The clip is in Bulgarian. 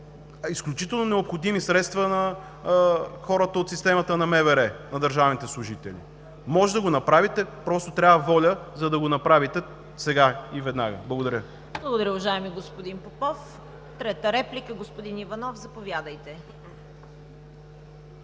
изключително необходими средства на хората от системата на МВР – на държавните служители?! Може да го направите – просто трябва воля, за да го направите сега и веднага. Благодаря. ПРЕДСЕДАТЕЛ ЦВЕТА КАРАЯНЧЕВА: Благодаря, уважаеми господин Попов. Трета реплика – господин Иванов, заповядайте.